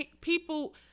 people